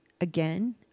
again